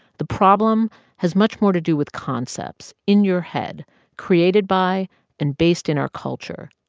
the problem has much more to do with concepts in your head created by and based in our culture.